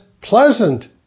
pleasant